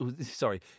sorry